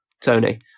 Tony